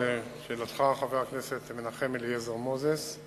לשאלתך, חבר הכנסת מנחם אליעזר מוזס: